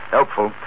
Helpful